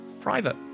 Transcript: Private